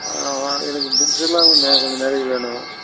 ஆமாம் எனக்கு புக்ஸெல்லாம் கொஞ்சம் நெ கொஞ்சம் நிறைய வேணும்